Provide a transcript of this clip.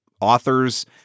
authors